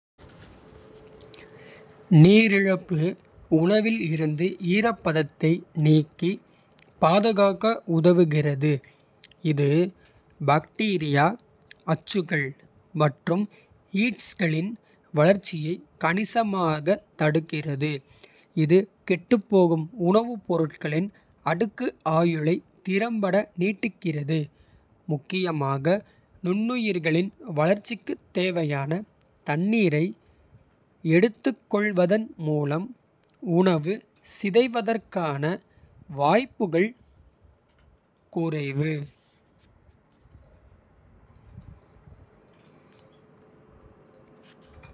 நீரிழப்பு உணவில் இருந்து ஈரப்பதத்தை நீக்கி பாதுகாக்க. உதவுகிறது, இது பாக்டீரியா, அச்சுகள் மற்றும் ஈஸ்ட்களின். வளர்ச்சியை கணிசமாக தடுக்கிறது இது கெட்டுப்போகும். உணவுப் பொருட்களின் அடுக்கு ஆயுளை திறம்பட. நீட்டிக்கிறது முக்கியமாக நுண்ணுயிரிகளின். வளர்ச்சிக்குத் தேவையான தண்ணீரை எடுத்துக்கொள்வதன். மூலம் உணவு சிதைவதற்கான வாய்ப்புகள் குறைவு.